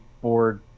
board